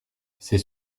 c’est